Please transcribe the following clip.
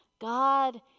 God